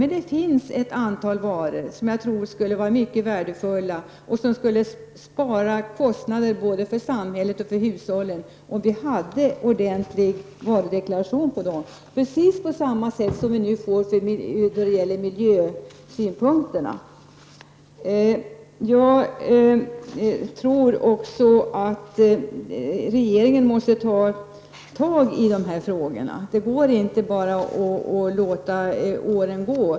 Men det finns ett antal varor där jag tror att det skulle vara mycket värdefullt och att det skulle spara kostnader både för samhället och för hushållen om det fanns ordentlig varudeklaration på dem, precis på samma sätt som när det gäller miljösynpunkterna. Regeringen måste ta itu med dessa frågor. Det går inte att låta åren gå.